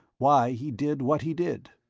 why he did what he did.